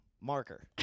Marker